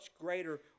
greater